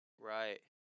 Right